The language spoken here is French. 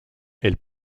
elle